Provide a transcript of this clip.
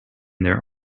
there